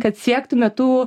kad siektume tų